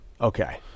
Okay